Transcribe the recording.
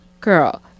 girl